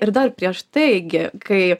ir dar prieš tai gi kai